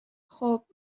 خوب